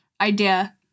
idea